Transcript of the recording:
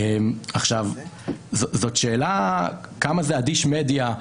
זאת שאלה כמה זה אדיש מדיה,